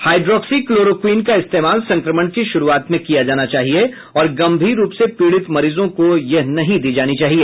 hydroxy chloroquine का इस्तेमाल संक्रमण की शुरूआत में किया जाना चाहिए और गंभीर रूप से पीडित मरीजों को यह नहीं दी जानी चाहिए